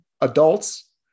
Adults